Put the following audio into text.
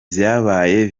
vyabaye